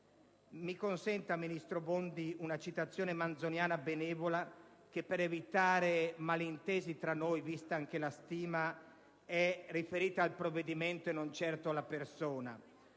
Mi consenta, ministro Bondi, una citazione manzoniana benevola, che, per evitare malintesi tra noi, vista anche la stima che le porto, è riferita al provvedimento e non certo alla sua persona.